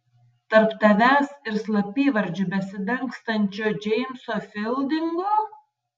tarp tavęs ir slapyvardžiu besidangstančio džeimso fildingo